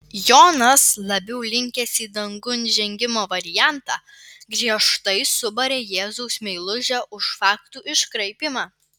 jonas labiau linkęs į dangun žengimo variantą griežtai subarė jėzaus meilužę už faktų iškraipymą